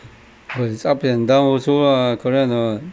but it's up and down also lah correct or not